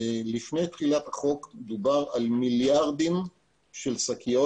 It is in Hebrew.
לפני תחילת החוק דובר על מיליארדי שקיות,